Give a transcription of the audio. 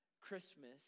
Christmas